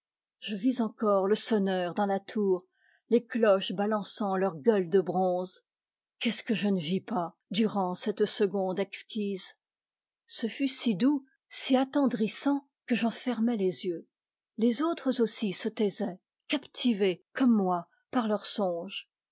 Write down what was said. je vis encore le sonneur dans la tour les cloches balançant leurs gueules de bronze qu'est-ce que je ne vis pas durant cette seconde exquise ce fut si doux si attendrissant que j'en fermai les yeux les autres aussi se taisaient captivés comme moi par leur songe